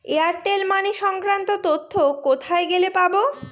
Airtel money সংক্রান্ত তথ্য কোথায় গেলে পাব?